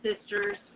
sisters